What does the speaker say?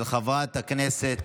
של חברת הכנסת